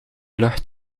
lucht